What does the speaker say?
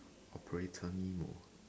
operator nemo